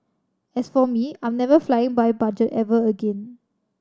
as for me I'm never flying by budget ever again